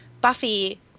Buffy